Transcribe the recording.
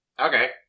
Okay